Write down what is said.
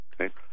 Okay